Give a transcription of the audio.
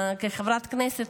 כחברת כנסת,